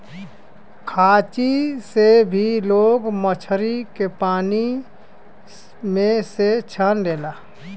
खांची से भी लोग मछरी के पानी में से छान लेला